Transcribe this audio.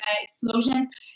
explosions